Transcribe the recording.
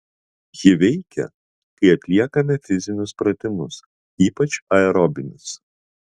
ji veikia kai atliekame fizinius pratimus ypač aerobinius